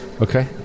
Okay